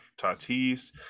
Tatis